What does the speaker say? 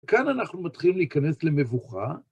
כאן אנחנו מתחילים להיכנס למבוכה.